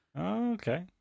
Okay